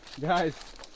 guys